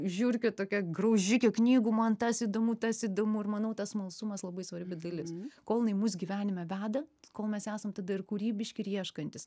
žiurkė tokia graužikė knygų man tas įdomu tas įdomu ir manau tas smalsumas labai svarbi dalis kol jinai mus gyvenime veda kol mes esam tada ir kūrybiški ir ieškantys